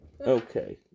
Okay